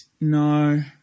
No